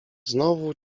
znowu